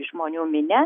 žmonių minia